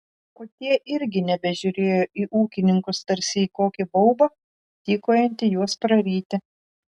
o tie irgi nebežiūrėjo į ūkininkus tarsi į kokį baubą tykojantį juos praryti